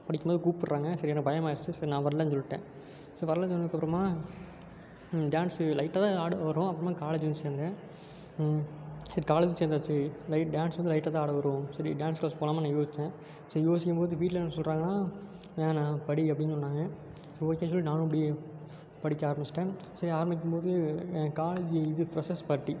படிக்கும் போது கூப்பிட்றாங்க சரி எனக்கு பயமாகிடுச்சி ஸோ நான் வரலன்னு சொல்லிட்டேன் ஸோ வரலன்னு சொன்னதுக்கப்புறமா டான்ஸு லைட்டாக தான் ஆட வரும் அப்புறமா காலேஜ் வந்து சேர்ந்தேன் அது காலேஜ் சேர்ந்தாச்சு லைட் டான்ஸ் வந்து லைட்டாக தான் ஆட வரும் சரி டான்ஸ் க்ளாஸ் போகலாமான்னு யோசித்தேன் ஸோ யோசிக்கும் போது வீட்டில் என்ன சொல்கிறாங்கன்னா வேணாம் படி அப்படின்னு சொன்னாங்க ஸோ ஓகேன்னு சொல்லிட்டு நானும் அப்படியே படிக்க ஆரம்பிச்சுட்டேன் சரி ஆரம்பிக்கும் போது காலேஜு இது ஃப்ரெஸ்ஸர்ஸ் பார்ட்டி